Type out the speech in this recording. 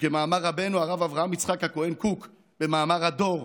וכמאמר רבנו הרב אברהם יצחק הכהן קוק במאמר הדור: